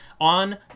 on